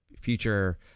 future